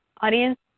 audience